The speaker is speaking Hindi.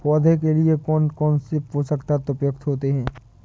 पौधे के लिए कौन कौन से पोषक तत्व उपयुक्त होते हैं?